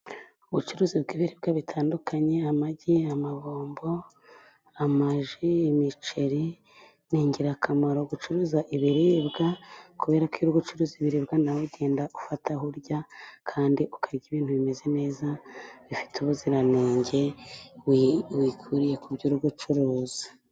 Ubucuruzi bw'ibiribwa bitandukanye amagi, amabombo, amaji, imiceri. Ni ingirakamaro gucuruza ibiribwa, kubera ko iyo uri gucuruza ibiribwa, nawe ugenda ufataho urya, kandi ukarya ibintu bimeze neza bifite ubuziranenge, wikuriye ku byo ucuruza.